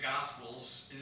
Gospels